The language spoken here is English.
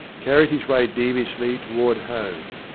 carried his way deviously toward home.